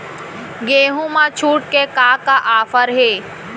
गेहूँ मा छूट के का का ऑफ़र हे?